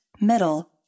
middle